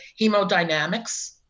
Hemodynamics